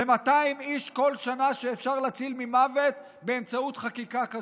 זה 200 איש בכל שנה שאפשר להציל ממוות באמצעות חקיקה כזאת.